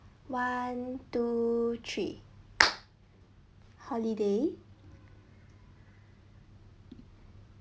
one two three holiday